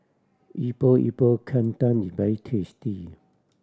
Epok Epok Kentang is very tasty